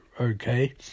okay